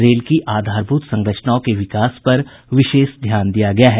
rail की आधारभूत संरचनाओं के विकास पर विशेष ध्यान दिया गया है